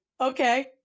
okay